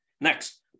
Next